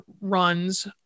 runs